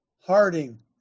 Harding